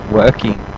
working